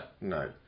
No